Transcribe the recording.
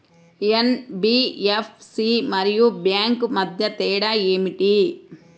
NBFC మరియు bank మధ్య తేడా ఏమిటి?